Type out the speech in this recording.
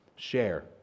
share